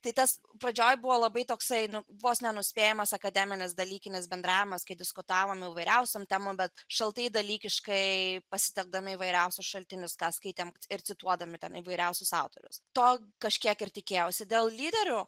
tai tas pradžioj buvo labai toksai vos nenuspėjamas akademinis dalykinis bendravimas kai diskutavom įvairiausiom temom bet šaltai dalykiškai pasitelkdami įvairiausius šaltinius ką skaitėm ir cituodami ten įvairiausius autorius to kažkiek ir tikėjausi dėl lyderių